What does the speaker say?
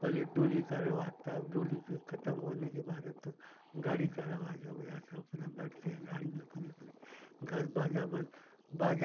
पहले डोली का रिवाज था अब डोली के खतम होने के बाद अब तो गाड़ी का रिवाज हो गया सब अपना बैठते हैं गाड़ी में अपने अपने घर बाजा बज बाजा